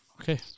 Okay